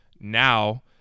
Now